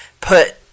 put